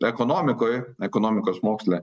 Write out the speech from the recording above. ekonomikoj ekonomikos moksle